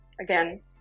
again